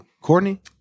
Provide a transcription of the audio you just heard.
Courtney